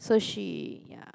so she ya